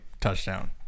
Touchdown